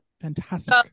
Fantastic